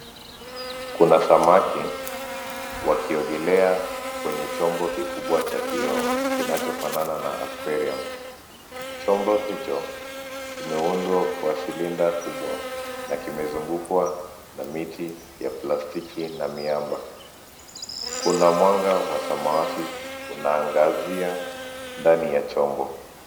Kuna samaki wakiogelea kwenye chombo kikubwa cha kioo kinachofanana na aquarium . Chombo hicho kimeundwa kwa cylinder kubwa na kimezungukwa na miti ya plastiki na miaba. Kuna mwanga wa samawati unaangazia ndani ya chombo.